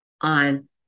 on